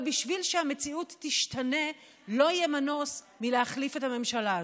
אבל בשביל שהמציאות תשתנה לא יהיה מנוס מלהחליף את הממשלה הזאת.